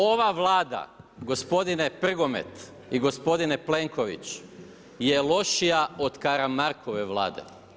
Ova Vlada gospodine Prgomet, i gospodine Plenković je lošija od Karamarkove Vlade.